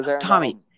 Tommy